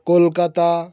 Kolkata